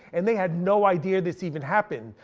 and they had no idea this even happened.